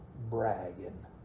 bragging